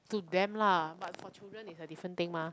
to them lah but for children is a different thing mah